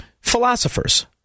philosophers